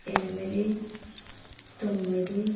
ఎనిమిది తొమ్మిది